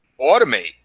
automate